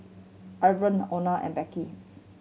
Irvine Lona and Becky